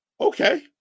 okay